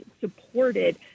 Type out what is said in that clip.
supported